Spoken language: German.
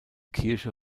kirche